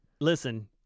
listen